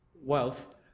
wealth